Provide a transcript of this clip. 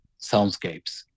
soundscapes